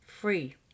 free